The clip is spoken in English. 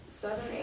southern